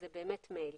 זה מייל.